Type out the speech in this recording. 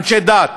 אנשי דת,